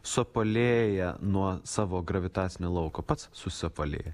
suapvalėja nuo savo gravitacinio lauko pats susiapvalėja